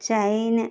China